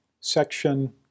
section